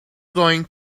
going